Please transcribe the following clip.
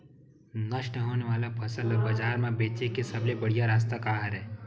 नष्ट होने वाला फसल ला बाजार मा बेचे के सबले बढ़िया रास्ता का हरे?